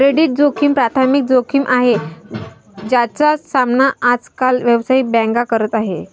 credit जोखिम प्राथमिक जोखिम आहे, ज्याचा सामना आज काल व्यावसायिक बँका करत आहेत